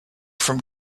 from